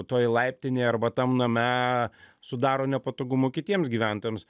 toj laiptinėj arba tam name sudaro nepatogumų kitiems gyventojams